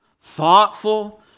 thoughtful